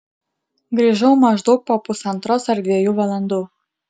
grįžau maždaug po pusantros ar dviejų valandų